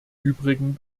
übrigen